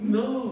no